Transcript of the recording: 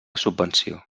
subvenció